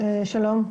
שלום,